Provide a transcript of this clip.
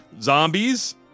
zombies